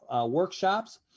workshops